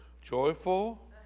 Joyful